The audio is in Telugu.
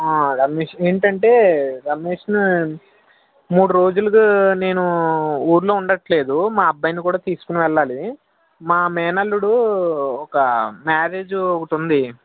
రమేష్ ఏంటంటే రమేష్ని మూడు రోజులుగా నేను ఊరులో ఉండటం లేదు మా అబ్బాయిని కూడా తీసుకుని వెళ్ళాలి మా మేనల్లుడు ఒక మ్యారేజు ఒకటి ఉంది